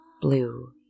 blue